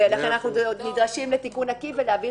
ולכן אנחנו נדרשים לתיקון עקיף ולהבהיר